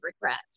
regret